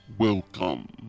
Welcome